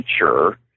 nature